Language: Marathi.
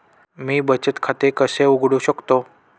मी बचत खाते कसे उघडू शकतो?